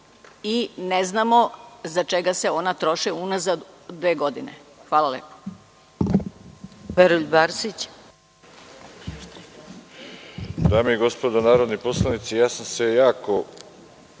i ne znamo zašta se ona troše unazad dve godine? Hvala lepo.